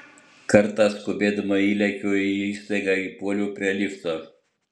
kartą skubėdama įlėkiau į įstaigą ir puoliau prie lifto